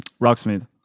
rocksmith